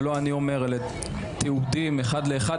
זה לא אני אומר, אלא תיעודים אחד לאחד.